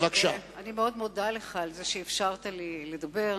אני מאוד מודה לך על שאפשרת לי לדבר.